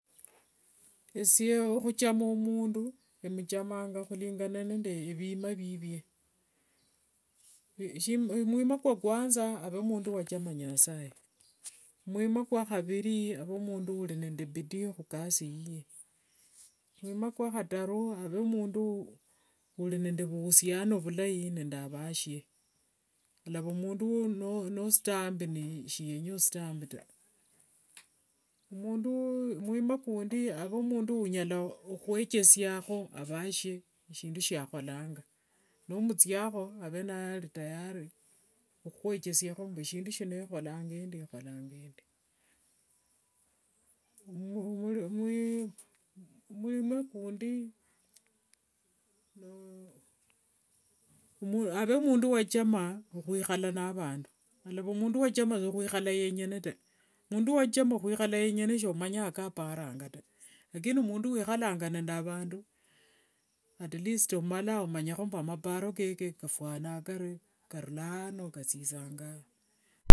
Esie okhuthama mundu, emuthamanga khulinga nende evima vive. mwima kwa kwanza, ave mundu wachama nasaye. Mwima kwakhaviri ave mundu ulinede bidii khukasi yiye. Mwima kwakhataru ave mundu ulinende vukhusiano vulai nende avashie. Yalava mundu nosuta ambii, nisiyenya osute ambi ata. Mundu, omwima kundi, ave mundu unyala khwechesiakho avashie shindu shiakholanga. Nomuthiakho, ave nali tayari okhuechesiakho mbu shindi shino kholanga endi kholanga endi. mwima kundi no, ave mundu wachama okhwikhala na vandu, yalava mundu wachama khwikhala yengene ta. Mundu wachama khwikhala yengene somanya shiaparanga ta. Lakini mundu wikhalanga ande vandu, atlist omanyangakho maparo keke kafuana kari, karulano kathithanga ano.